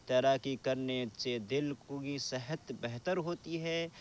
تیراکی کرنے سے دل کو یہ صحت بہتر ہوتی ہے